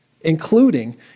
including